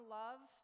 love